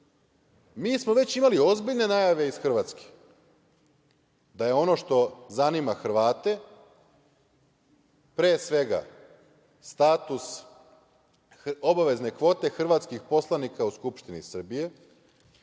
EU.Mi smo već imali ozbiljne najave iz Hrvatske da je ono što zanima Hrvate pre svega status obavezne kvote hrvatskih poslanika u Skupštini Srbije,